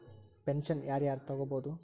Pension ಯಾರ್ ಯಾರ್ ತೊಗೋಬೋದು?